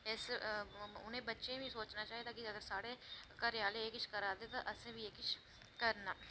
उटनें बच्चें गी बी सोचना चाहिदा कि जेकर साढ़े घरै आह्ले एह् किश करा दे ते असें बी एह् किश करना